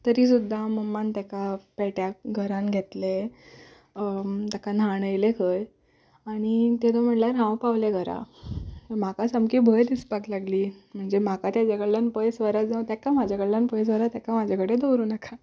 तरी सुद्दां मम्मान ताका पेट्याक घरांत घेतलो ताका न्हाणयलो खंय आनी तेदो म्हणल्यार हांव पावलें घरा म्हाका सामको भंय दिसपाक लागलो म्हणजे म्हाका ताजे कडल्यान पयस व्हरात जावं ताका म्हजे कडल्यान पयस व्हरात ताका म्हजे कडेन दवरूं नाकात